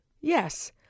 Yes